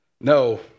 No